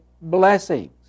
blessings